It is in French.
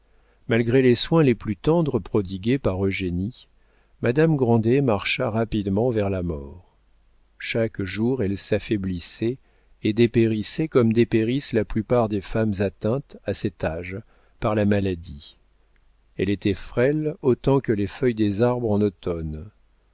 malgré les soins les plus tendres prodigués par eugénie madame grandet marcha rapidement vers la mort chaque jour elle s'affaiblissait et dépérissait comme dépérissent la plupart des femmes atteintes à cet âge par la maladie elle était frêle autant que les feuilles des arbres en automne